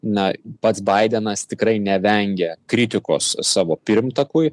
na pats baidenas tikrai nevengia kritikos savo pirmtakui